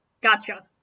Gotcha